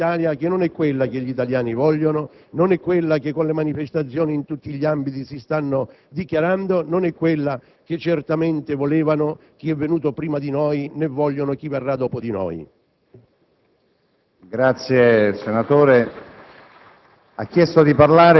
con una disattenzione notevole alla spesa per investimento, ci portino verso una Italia che non è quella che gli italiani vogliono; non è quella che, con manifestazioni in tutti gli ambiti, si sta dichiarando; non è quella che certamente voleva chi è venuto prima di noi, né vogliono coloro che verranno dopo di noi.